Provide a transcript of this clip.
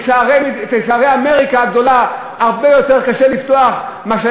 את שערי אמריקה הגדולה הרבה יותר קשה לפתוח מאשר